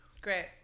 great